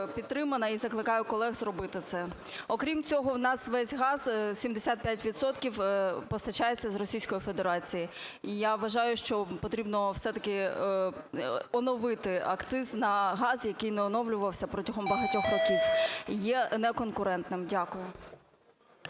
підтримана і закликаю колег зробити це. Окрім цього, в нас весь газ, 75 відсотків, постачається з Російської Федерації. І я вважаю, що потрібно все-таки оновити акциз на газ, який не оновлювався протягом багатьох років і є неконкурентним. Дякую.